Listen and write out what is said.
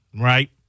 right